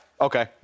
Okay